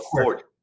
afford